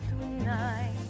tonight